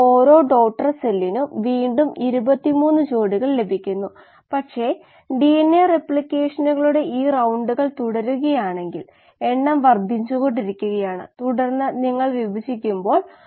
ഇത് സ്ഥിരമായ അവസ്ഥയല്ല അതിനാൽ പൂജ്യമാകില്ല അത്കൊണ്ട് ഇതിനെല്ലാം പകരം കൊടുത്താൽ ഇവിടെ സ്ഥിരമായ വില ഒന്നിനുമില്ല